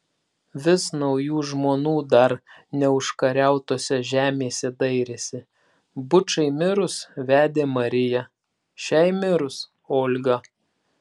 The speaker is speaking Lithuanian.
vis naujų žmonų dar neužkariautose žemėse dairėsi bučai mirus vedė mariją šiai mirus olgą